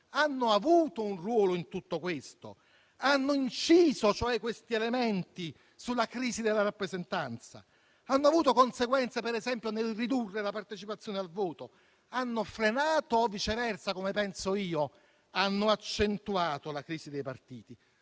hanno avuto un ruolo in tutto questo? Hanno inciso, cioè, questi elementi sulla crisi della rappresentanza? Hanno avuto conseguenze, per esempio, nel ridurre la partecipazione al voto? Hanno frenato - o, viceversa, come penso io - hanno accentuato la crisi dei partiti?